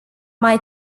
mai